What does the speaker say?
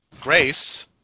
Grace